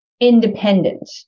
independent